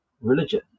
religion